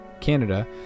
Canada